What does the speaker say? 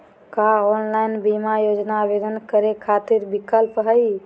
का ऑनलाइन बीमा योजना आवेदन करै खातिर विक्लप हई?